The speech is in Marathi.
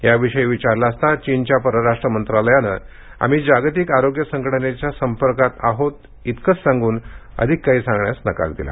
याविषयी विचारलं असता चीनच्या परराष्ट मंत्रालयानं आम्ही जागतिक आरोग्य संघटनेच्या संपर्कात आहोत एवढंच सांगून जास्त काही सांगण्यास नकार दिला